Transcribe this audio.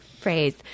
phrase